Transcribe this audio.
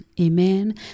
amen